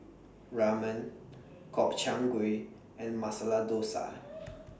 Ramen Gobchang Gui and Masala Dosa